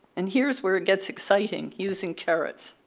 and here is where it gets exciting using carrots.